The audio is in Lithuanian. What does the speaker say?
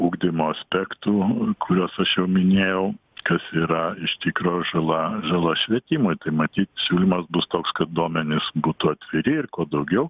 ugdymo aspektų kuriuos aš jau minėjau kas yra iš tikro žala žala švietimui tai matyt siūlymas bus toks kad duomenys būtų atviri ir kuo daugiau